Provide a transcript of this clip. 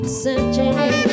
searching